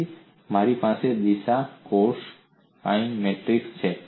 તેથી મારી પાસે દિશા કોસાઇન મેટ્રિક્સ છે